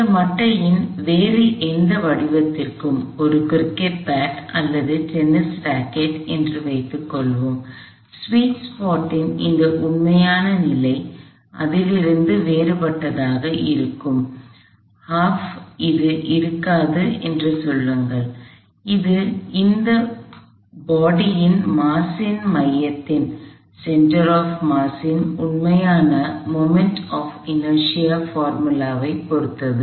இந்த மட்டையின் வேறு எந்த வடிவத்திற்கும் ஒரு கிரிக்கெட் பேட் அல்லது டென்னிஸ் ராக்கெட் என்று வைத்துக் கொள்வோம் ஸ்வீட் ஸ்பாட்டின் இந்த உண்மையான நிலை அதிலிருந்து வேறுபட்டதாக இருக்கும் அது இருக்காது என்று சொல்லுங்கள் அது இந்த உடலின் மாஸ்ஸின் மையத்தின் உண்மையான மொமெண்ட் ஆப் இன்னர்ஷியா சூத்திரத்தை பொறுத்தது